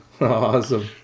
Awesome